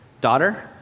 daughter